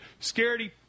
scaredy